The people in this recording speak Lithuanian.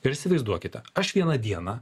ir įsivaizduokite aš vieną dieną